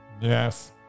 Yes